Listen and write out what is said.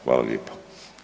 Hvala lijepa.